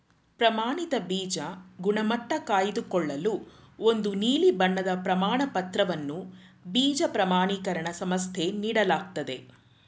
ಪ್ರಮಾಣಿತ ಬೀಜ ಗುಣಮಟ್ಟ ಕಾಯ್ದುಕೊಳ್ಳಲು ಒಂದು ನೀಲಿ ಬಣ್ಣದ ಪ್ರಮಾಣಪತ್ರವನ್ನು ಬೀಜ ಪ್ರಮಾಣಿಕರಣ ಸಂಸ್ಥೆ ನೀಡಲಾಗ್ತದೆ